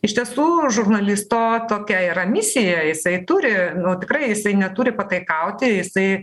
iš tiesų žurnalisto tokia yra misija jisai turi tikrai jisai neturi pataikauti jisai